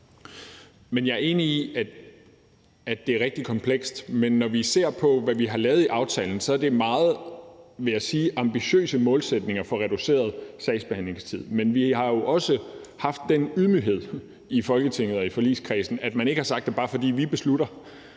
Jeg er enig i, at det er rigtig komplekst. Mennår vi ser på, hvad vi har lavet i aftalen, så er det meget, vil jeg sige, ambitiøse målsætninger for at få reduceret sagsbehandlingstiden, men man har jo også haft den ydmyghed i Folketinget og i forligskredsen, at man ikke har sagt: Bare fordi vi beslutter,